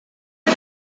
eta